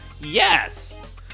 yes